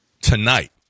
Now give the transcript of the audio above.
tonight